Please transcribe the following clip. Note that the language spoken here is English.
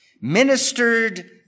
ministered